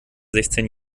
sechzehn